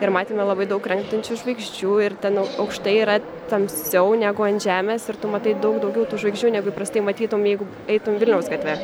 ir matėme labai daug krentančių žvaigždžių ir ten aukštai yra tamsiau negu ant žemės ir tu matai daug daugiau tų žvaigždžių negu įprastai matytum jeigu eitum vilniaus gatve